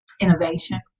innovation